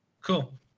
Cool